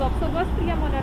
apsaugos priemones